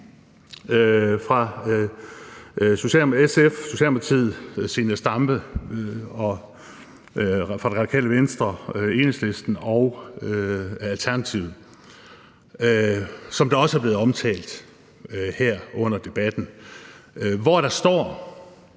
fra Socialdemokratiet, SF, Radikale Venstre, Enhedslisten og Alternativet, som også er blevet omtalt her under debatten, hvori der står,